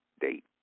date